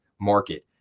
market